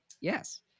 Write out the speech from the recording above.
yes